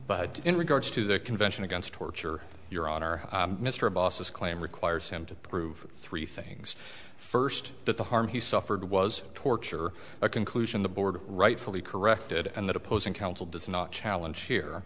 but in regards to the convention against torture your honor mr abbas is claim requires him to prove three things first that the harm he suffered was torture a conclusion the board rightfully corrected and that opposing counsel does not challenge here